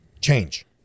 change